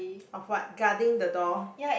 of what guarding the door